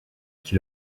qui